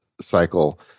cycle